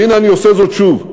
והנה אני עושה זאת שוב.